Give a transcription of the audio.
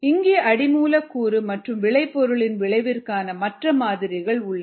இங்கே அடி மூலக்கூறு மற்றும் விளைபொருளின் விளைவிற்கான மற்ற மாதிரிகள் உள்ளன